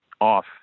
off